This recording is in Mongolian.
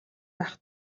байх